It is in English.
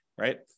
right